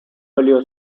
óleo